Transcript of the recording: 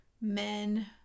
men